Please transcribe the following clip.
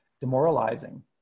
demoralizing